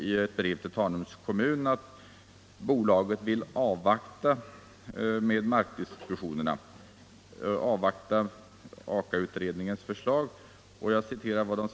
I ett brev till Tanums kommun svarar AB Atomenergi på en förfrågan att man vill avvakta Aka-utredningens förslag innan man tar upp en markdiskussion.